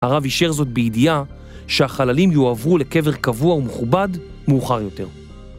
הרב אישר זאת בידיעה שהחללים יועברו לקבר קבוע ומכובד מאוחר יותר.